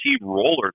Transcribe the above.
roller